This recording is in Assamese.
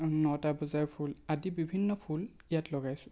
নটা বজাৰ ফুল আদি বিভিন্ন ফুল ইয়াত লগাইছোঁ